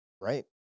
Right